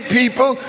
people